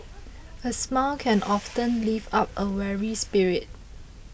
a smile can often lift up a weary spirit